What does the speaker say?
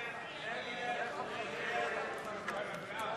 הצעת סיעות העבודה, מרצ להביע אי-אמון